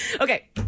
Okay